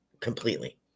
completely